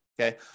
Okay